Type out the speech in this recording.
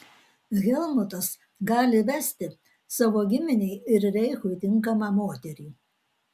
helmutas gali vesti savo giminei ir reichui tinkamą moterį